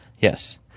Yes